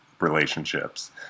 Relationships